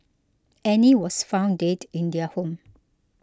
Annie was found dead in their home